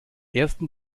ersten